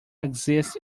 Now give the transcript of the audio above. exist